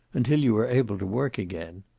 until you are able to work again.